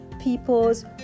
people's